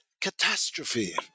catastrophe